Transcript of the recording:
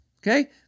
Okay